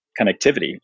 connectivity